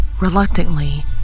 Reluctantly